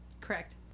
Correct